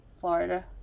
Florida